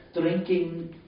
drinking